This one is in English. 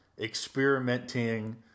experimenting